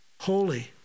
Holy